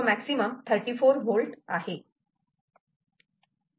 4V आणि Vomax 34V आहे